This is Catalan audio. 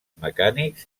mecànics